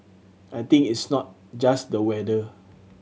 I think it's not just the weather